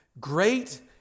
Great